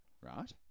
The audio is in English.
right